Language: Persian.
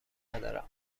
ندارم